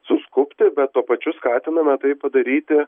suskubti bet tuo pačiu skatiname tai padaryti